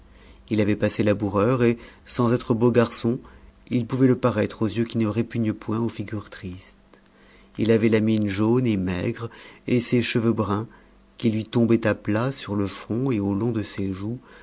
il avait passé laboureur et sans être beau garçon il pouvait le paraître aux yeux qui ne répugnent point aux figures tristes il avait la mine jaune et maigre et ses cheveux bruns qui lui tombaient à plat sur le front et au long des joues